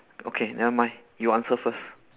okay never mind you answer first